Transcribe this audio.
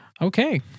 Okay